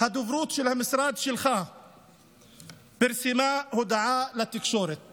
הדוברות של המשרד שלך פרסמה הודעה לתקשורת